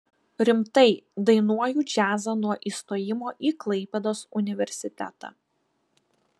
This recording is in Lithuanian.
rimtai dainuoju džiazą nuo įstojimo į klaipėdos universitetą